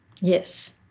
Yes